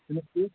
چھُنہٕ حظ ٹھیٖک